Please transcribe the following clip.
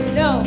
no